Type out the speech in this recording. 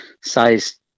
size